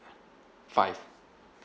five